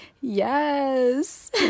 Yes